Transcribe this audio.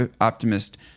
optimist